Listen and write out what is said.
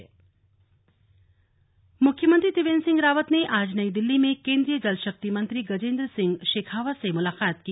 केंद्रीय मंत्री और सीएम मुख्यमंत्री त्रिवेन्द्र सिंह रावत ने आज नई दिल्ली में केन्द्रीय जल शक्ति मंत्री गजेन्द्र सिंह शेखावत से मुलाकात की